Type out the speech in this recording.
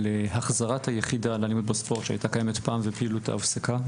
החזרת היחידה לאלימות בספורט שהיתה קיימת פעם ופעילותה הופסקה,